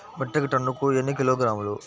Metric టన్నుకు ఎన్ని కిలోగ్రాములు?